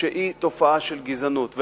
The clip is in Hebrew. שהיא תופעה של גזענות,